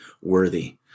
worthy